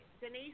Denise